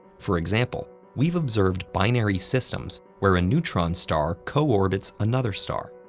for example, we've observed binary systems where a neutron star co-orbits another star.